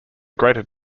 greater